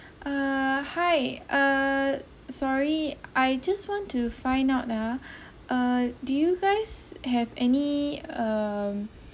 uh hi uh sorry I just want to find out ah uh do you guys have any um